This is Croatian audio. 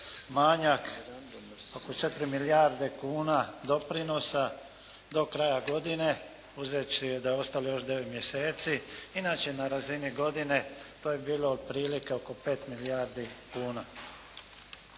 manjak oko 4 milijarde kuna doprinosa do kraja godine uzevši da je ostalo još devet mjeseci. Inače, na razini godine to je bilo otprilike oko 5 milijardi kuna.